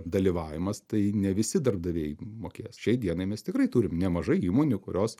dalyvavimas tai ne visi darbdaviai mokės šiai dienai mes tikrai turim nemažai įmonių kurios